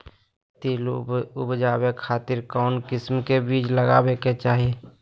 तिल उबजाबे खातिर कौन किस्म के बीज लगावे के चाही?